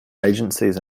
agencies